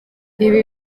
ibi